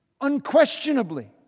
unquestionably